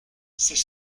c’est